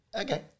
Okay